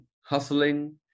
hustling